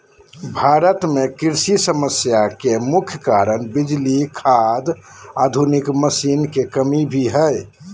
भारत में कृषि समस्या के मुख्य कारण बिजली, खाद, आधुनिक मशीन के कमी भी हय